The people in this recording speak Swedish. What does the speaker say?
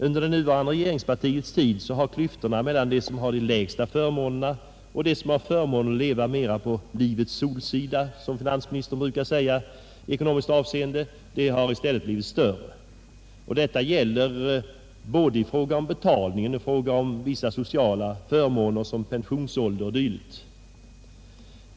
Under det nuvarande regeringspartiets tid har klyftorna mellan dem som har de sämsta förmånerna och dem som har förmånen att leva mer på livets solsida — som finansministern brukar säga — i ekonomiskt avseende i stället blivit större. Detta gäller både i fråga om betalningen och i fråga om vissa sociala förmåner som pensionsålder o. d.